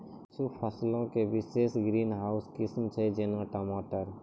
कुछु फसलो के विशेष ग्रीन हाउस किस्म छै, जेना टमाटर